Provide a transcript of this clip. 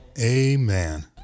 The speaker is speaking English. Amen